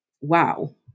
wow